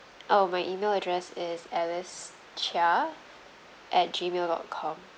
oh my email address is alice cheah at G mail dot com